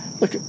look